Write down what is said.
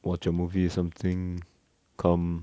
watch a movie something come